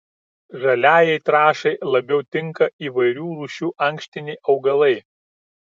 žaliajai trąšai labiau tinka įvairių rūšių ankštiniai augalai